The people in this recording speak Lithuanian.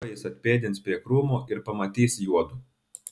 tuoj jis atpėdins prie krūmo ir pamatys juodu